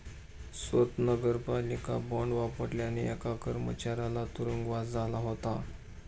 स्वत नगरपालिका बॉंड वापरल्याने एका कर्मचाऱ्याला तुरुंगवास झाला होता